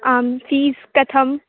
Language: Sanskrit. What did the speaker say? आं फ़ीस् कथं